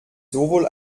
sowohl